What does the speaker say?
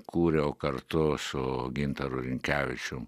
kūriau kartu su gintaru rinkevičium